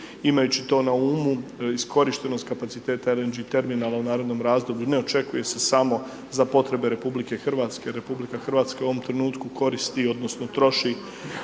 Imajući to na umu iskorištenost kapaciteta LNG terminala u narednom razdoblju ne očekuje se samo za potrebe RH, RH je u ovom trenutku koristi odnosno troši